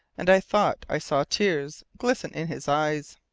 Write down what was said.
and i thought i saw tears glisten in his eyes.